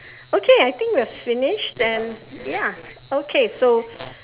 okay I think we are finished and ya okay so